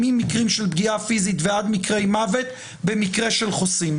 ממקרים של פגיעה פיזית ועד מקרי מוות במקרה של חוסים?